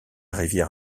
rivière